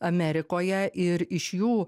amerikoje ir iš jų